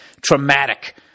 traumatic